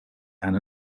and